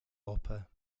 upper